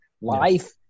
Life